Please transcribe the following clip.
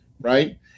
Right